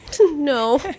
No